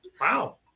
Wow